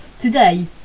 Today